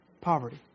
Poverty